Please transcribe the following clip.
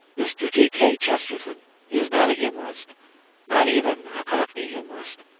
mr. g. k. chesterton is not a humourist not even a cockney humourist.